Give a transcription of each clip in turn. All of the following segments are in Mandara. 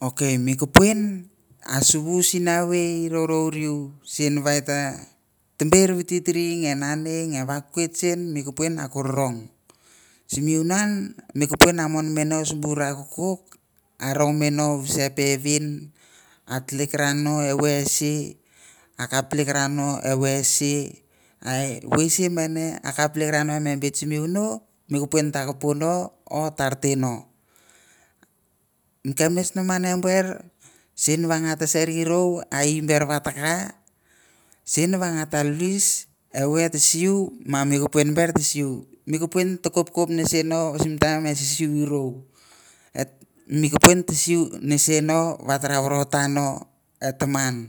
Okay mi kupuen a suwu sina vei row row riu sinwa eta tembir vititir ngen nani ngeh wakqet shen me kupuen akurong simunan me kupuen an mon mino bura kokok arong mino wasa eh pevin atlikrano eve eh sin akap tilkrano evi esin ai vei sih mene akaptilkrano emi bit simiwuho me kupuen takupo no or ta artino me kepnits mene buer shin wah ngata sher irow ai buer wa taka shin wah ahga ta luest evei eta siu ma me kupuen me kupuen to kopkop nesi no simtaim wah etsiu sirow me kupuen wat sin sino watawarotano eh taman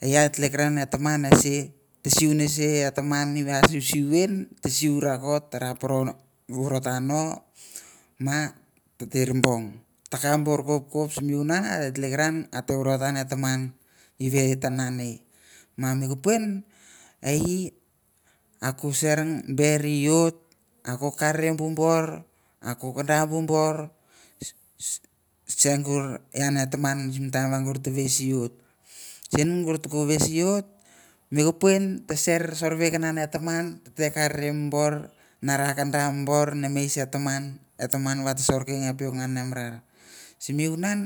ehi atlikran eh taman esih etsiu en taman eve ah siusiu en siu rakot rapora wuratano m atitir bong takap bura kokok simuna atlikran ma me kupuen ehi aku sher beriuot aku kor bu bor aku kando bu bor s- s- sngur ian eh taman simtaim wagur tu whis ut shin wah et whis ut me kupuen te sher chorvei wah ken ngan eh taman tite karim bor narkaram bor nemei sen taman eh taman wah chorke napuek na manra simunan